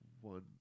one